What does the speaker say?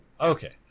Okay